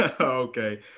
okay